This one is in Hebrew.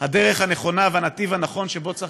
הדרך הנכונה והנתיב הנכון שבו צריך